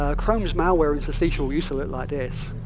ah chrome's malware interstitial use to look like this.